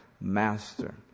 master